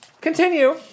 Continue